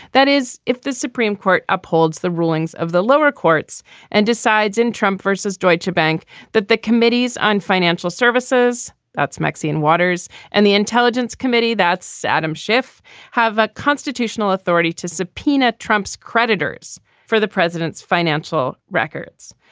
that is, if the supreme court upholds the rulings of the lower courts and decides in trump so vs. deutschebank that the committees on financial services. that's maxine waters and the intelligence committee that saddam shiff have constitutional authority to subpoena trump's creditors for the president's financial records.